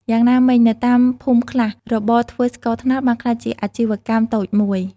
យ៉ាងណាមិញ នៅតាមភូមិខ្លះ របរធ្វើស្ករត្នោតបានក្លាយជាអាជីវកម្មតូចមួយ។